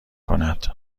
کند